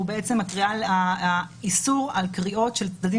הקריאה לאיסור על קריאות של צדדים